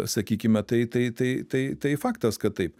sakykime tai tai tai tai tai faktas kad taip